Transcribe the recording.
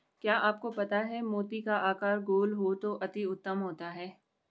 क्या आपको पता है मोती का आकार गोल हो तो अति उत्तम होता है